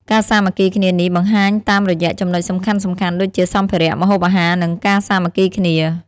ការសាមគ្គីគ្នានេះបង្ហាញតាមរយៈចំណុចសំខាន់ៗដូចជា សម្ភារៈ ម្ហូបអាហារ និងការសាមគ្គីគ្នា។